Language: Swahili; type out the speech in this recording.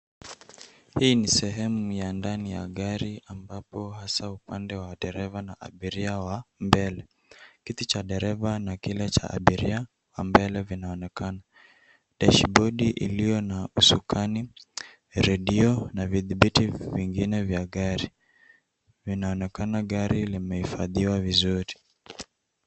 Hii ni sehemu ya ndani ya gari ambapo hasa upande wa dereva na abiria wa mbele. Kiti cha dereva na kiti cha abiria wa mbele vinaonekana. Dashibodi iliyo na usukani, redio na vidhibiti vingine vya gari vinaonekana. Gari limehifadhiwa vizuri.